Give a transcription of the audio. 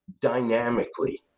dynamically